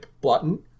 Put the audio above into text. button